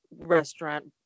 restaurant